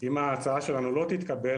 אם ההצעה שלנו לא תתקבל,